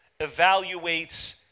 evaluates